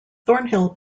thornhill